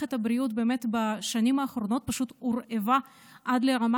מערכת הבריאות הורעבה בשנים האחרונות עד לרמה